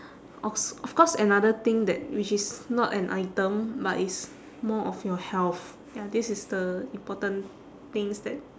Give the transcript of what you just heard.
os~ of course another thing that which is not an item but is more of your health ya this is the important things that